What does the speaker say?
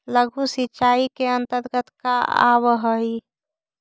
लघु सिंचाई के अंतर्गत का आव हइ?